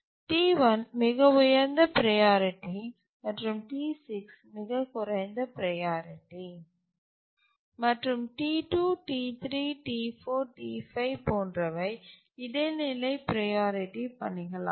T1 மிக உயர்ந்த priority மற்றும் T6 மிகக் குறைந்த ப்ரையாரிட்டி மற்றும் T2 T3 T4 T5 போன்றவை இடைநிலை ப்ரையாரிட்டி பணிகளாகும்